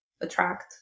attract